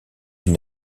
une